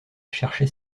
cherchait